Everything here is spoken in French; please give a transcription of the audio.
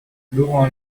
laurent